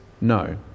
No